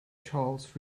charles